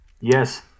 Yes